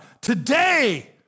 today